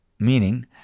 Meaning